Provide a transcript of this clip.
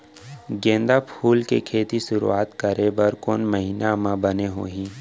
गेंदा फूल के खेती शुरू करे बर कौन महीना मा बने होही?